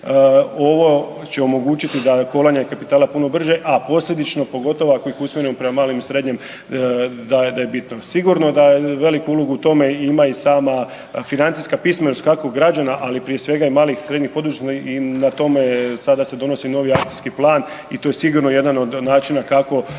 ovo će omogućiti da kolanje kapitala puno brže, a posljedično pogotovo ako ih usmjerimo prema malim i srednjim, da je bitno. Sigurno da veliku ulogu u tome ima i sama financijska pismenost, kako građana, ali prije svega i malih i srednjih .../nerazumljivo/... i na tome sada se donosi novi akcijski plan i tu je sigurno jedan od načina kako